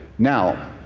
now,